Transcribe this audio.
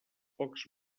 pocs